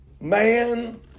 man